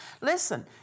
Listen